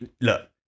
look